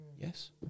Yes